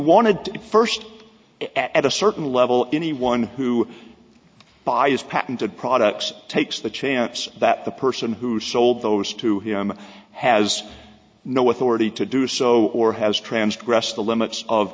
it first at a certain level anyone who by his patented products takes the chance that the person who sold those to him has no authority to do so or has